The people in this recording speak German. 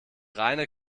reine